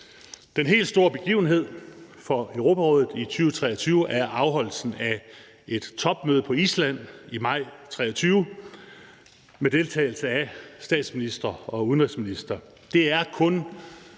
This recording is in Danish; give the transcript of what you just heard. Den helt store begivenhed for Europarådet i 2023 er afholdelsen af et topmøde på Island i maj 2023 med deltagelse af statsministre og udenrigsministre.